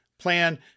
plan